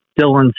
Dylan